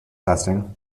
testing